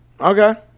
Okay